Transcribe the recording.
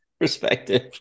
perspective